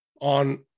on